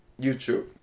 YouTube